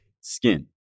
skin